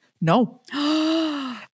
No